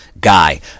guy